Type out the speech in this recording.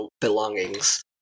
belongings